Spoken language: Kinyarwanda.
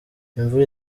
imvura